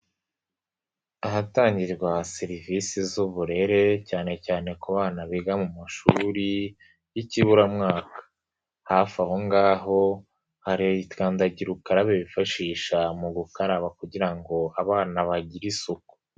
Ahatangirwa serivisi z'uburere cyane cyane ku bana biga mu mashuri y'ikiburamwaka. Hafi aho ngaho hari kandagira ukarabe bifashisha mu gukaraba kugira ngo abana bagire isuku.